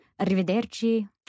Arrivederci